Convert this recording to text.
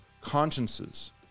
consciences